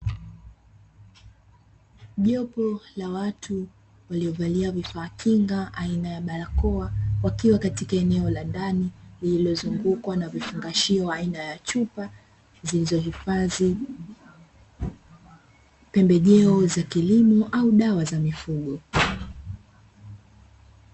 Jopo la watu waliovalia vifaa kinga aina ya barakoa, wakiwa katika eneo la ndani lililozungukwa na vifungashio aina ya chupa, zilizohifadhi pembejeo za kilimo au dawa za mifugo.